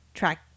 track